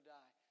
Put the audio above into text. die